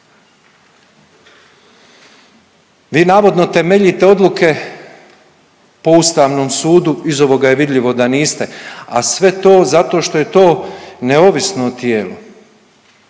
Vi navodno temeljite odluke po Ustavnom sudu iz ovoga je vidljivo da niste, a sve to zato što je to neovisno tijelo.